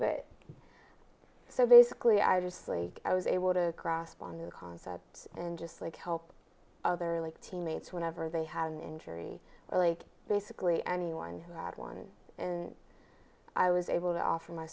but so basically i just flee i was able to grasp on the concept and just like help other like teammates whenever they had an injury or like basically anyone who had one and i was able to offer my